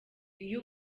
iyo